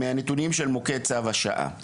מהנתונים של מוקד צו השעה.